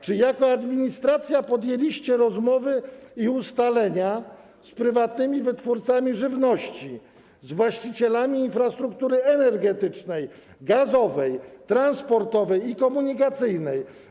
Czy jako administracja podjęliście rozmowy i ustalenia z prywatnymi wytwórcami żywności, z właścicielami infrastruktury energetycznej, gazowej, transportowej i komunikacyjnej?